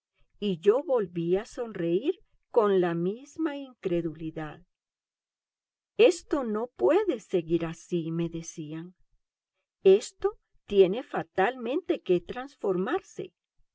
y yo volvía a sonreír con la misma incredulidad esto no puede seguir así me decían esto tiene fatalmente que transformarse